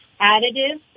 additives